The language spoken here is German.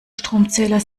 stromzähler